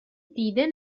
دیده